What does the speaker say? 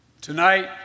Tonight